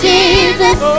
Jesus